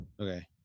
okay